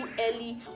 early